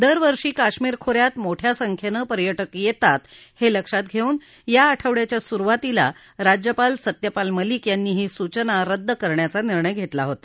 दरवर्षी कश्मीर खो यात मोठ्या संख्येनं पर्यटक येतात हे लक्षात घेऊन या आठवड्याच्या सुरुवातीला राज्यपाल सत्यपाल मलिक यांनी ही सूचना रद्द करण्याचा निर्णय घेतला होता